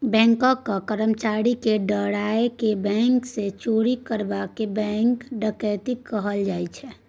बैंकक कर्मचारी केँ डराए केँ बैंक सँ चोरी करब केँ बैंक डकैती कहल जाइ छै